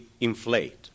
inflate